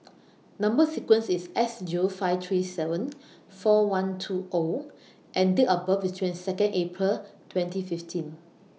Number sequence IS S Zero five three seven four one two O and Date of birth IS twenty Second April twenty fifteen